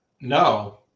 No